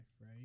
Right